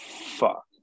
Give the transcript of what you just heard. fuck